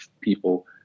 people